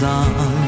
on